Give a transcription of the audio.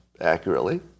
accurately